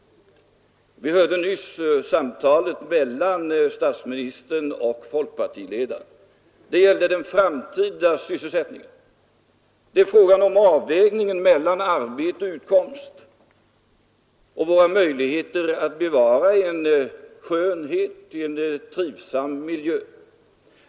Vi hörde nyss samtalet mellan statsministern och folkpartiledaren; det gällde den framtida sysselsättningen. Det är fråga om avvägningen mellan arbete och utkomst och våra möjligheter att bevara en skön och trivsam miljö.